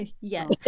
yes